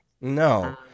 No